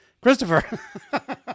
Christopher